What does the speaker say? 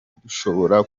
dushobora